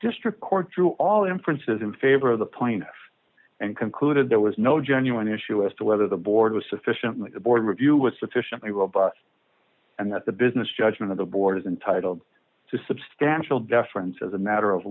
district court threw all inferences in favor of the plaintiff and concluded there was no genuine issue as to whether the board was sufficiently the board of review was sufficiently robust and that the business judgment of the board is entitled to substantial deference as a matter of